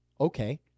Okay